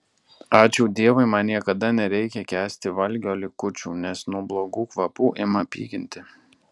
ačiū dievui man niekada nereikia kęsti valgio likučių nes nuo blogų kvapų ima pykinti